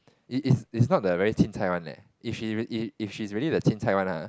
is is is not the very chin-cai one leh if she if she's really the chin-cai one ah